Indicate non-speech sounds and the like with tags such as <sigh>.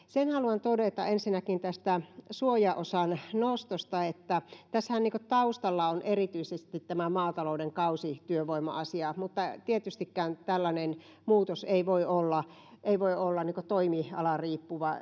<unintelligible> sen haluan todeta ensinnäkin tästä suojaosan nostosta että tässähän taustalla on erityisesti tämä maatalouden kausityövoima asia tietystikään tällainen muutos ei voi olla toimialariippuvainen